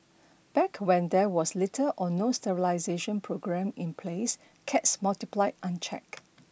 back when there was little or no sterilisation programme in place cats multiplied unchecked